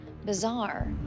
Bizarre